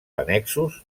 annexos